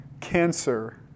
cancer